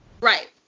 right